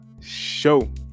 show